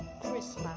Christmas